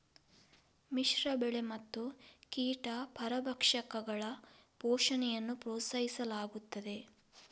ಮಿಶ್ರ ಬೆಳೆ ಮತ್ತು ಕೀಟ ಪರಭಕ್ಷಕಗಳ ಪೋಷಣೆಯನ್ನು ಪ್ರೋತ್ಸಾಹಿಸಲಾಗುತ್ತದೆ